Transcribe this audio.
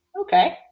okay